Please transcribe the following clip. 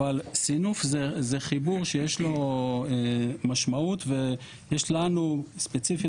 אבל סינוף זה חיבור שיש לו משמעות ויש לנו ספציפית